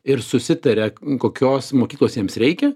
ir susitaria kokios mokyklos jiems reikia